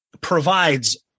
provides